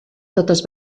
totes